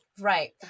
right